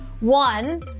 one